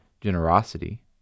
generosity